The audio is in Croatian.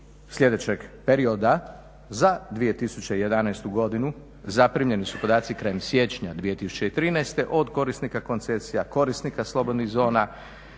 sljedećeg perioda za 2011.godinu. Zaprimljeni su podaci krajem siječnja 2013. od korisnika koncesija, korisnika slobodnih zona,